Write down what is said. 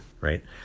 right